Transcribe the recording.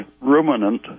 ruminant